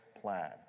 plan